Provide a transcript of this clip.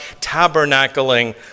tabernacling